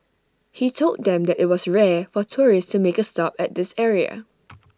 he told them that IT was rare for tourists to make A stop at this area